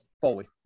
Foley